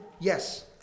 yes